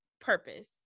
purpose